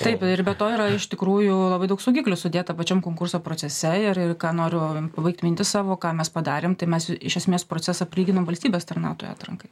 taip ir be to yra iš tikrųjų labai daug saugiklių sudėta pačiam konkurso procese ir ir ką noriu pabaikt mintį savo ką mes padarėm tai mes iš esmės procesą prilyginom valstybės tarnautojo atrankai